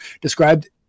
described